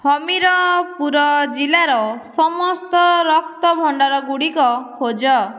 ହମୀରପୁର ଜିଲ୍ଲାର ସମସ୍ତ ରକ୍ତ ଭଣ୍ଡାର ଗୁଡ଼ିକ ଖୋଜ